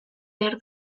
behar